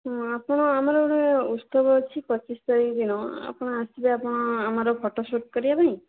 ହଁ ଆପଣ ଆମର ଗୋଟେ ଉତ୍ସବ ଅଛି ପଚିଶ ତାରିଖ ଦିନ ଆପଣ ଆସିବେ ଆପଣ ଆମର ଫଟୋ ସୁଟ୍ କରିବା ପାଇଁ